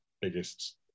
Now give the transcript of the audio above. biggest